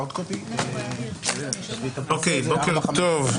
בוקר טוב,